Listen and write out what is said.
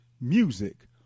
music